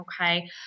Okay